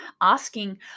asking